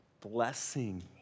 blessing